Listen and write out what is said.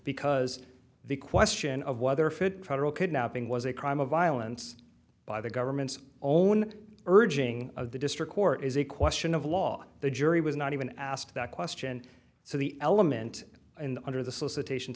because the question of whether fit credible kidnapping was a crime of violence by the government's own urging of the district court is a question of law the jury was not even asked that question so the element in the under the solicitation